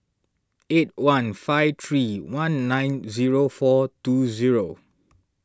eight one five three one nine zero four two zero